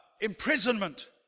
imprisonment